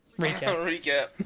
recap